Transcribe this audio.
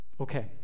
okay